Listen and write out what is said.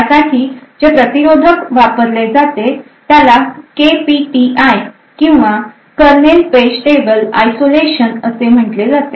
यासाठी जे प्रतिरोधक वापरले जाते त्याला KPTI किंवा करनेल पेज टेबल आयसोलेशन असे म्हटले जाते